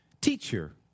teacher